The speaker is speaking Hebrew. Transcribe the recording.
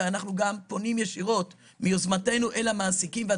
ואנחנו גם פונים ישירות מיוזמתנו אל המעסיקים ואל